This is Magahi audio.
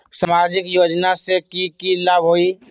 सामाजिक योजना से की की लाभ होई?